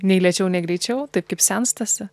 nei lėčiau nei greičiau taip kaip senstasi